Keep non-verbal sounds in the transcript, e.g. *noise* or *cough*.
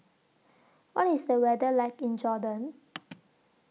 *noise* What IS The weather like in Jordan *noise*